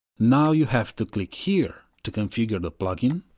now you have to click here to configure the plugin